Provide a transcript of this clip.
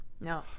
No